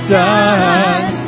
done